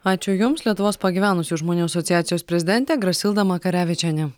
ačiū jums lietuvos pagyvenusių žmonių asociacijos prezidentė grasilda makarevičienė